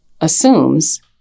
assumes